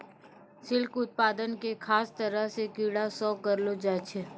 silk उत्पादन एक खास तरह के कीड़ा सॅ करलो जाय छै